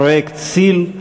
פרויקט סיל,